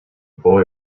boy